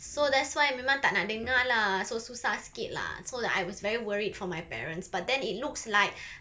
so that's why memang tak nak dengar lah so susah sikit lah so like I was very worried for my parents but then it looks like